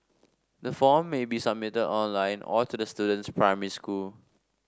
the form may be submitted online or to the student's primary school